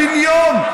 בן יום.